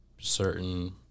certain